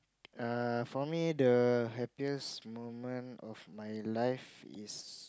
err for me the happiest moment in my life is